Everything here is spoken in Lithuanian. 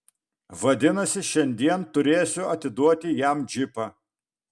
vadinasi šiandien turėsiu atiduoti jam džipą